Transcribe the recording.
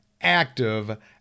active